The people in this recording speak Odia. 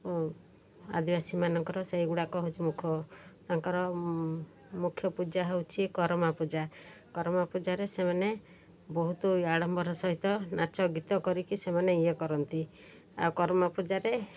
ଓ ଆଦିବାସୀ ମାନଙ୍କର ସେଇଗୁଡ଼ାକ ହେଉଛି ମୁଖ ତାଙ୍କର ମୁଖ୍ୟ ପୂଜା ହେଉଛି କରମା ପୂଜା କରମା ପୂଜାରେ ସେମାନେ ବହୁତ ଆଡ଼ମ୍ବର ସହିତ ନାଚ ଗୀତ କରିକି ସେମାନେ ଇଏ କରନ୍ତି ଆଉ କରମା ପୂଜାରେ